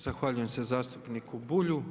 Zahvaljujem se zastupniku Bulju.